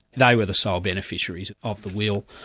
they were the sole beneficiaries of the will.